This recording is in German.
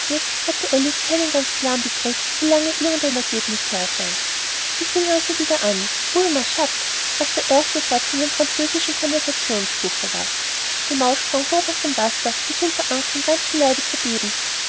hatte alice keinen ganz klaren begriff wie lange irgend ein ereigniß her sei sie fing also wieder an o est ma chatte was der erste satz in ihrem französischen conversationsbuche war die maus sprang hoch auf aus dem wasser und schien vor angst am ganzen leibe zu beben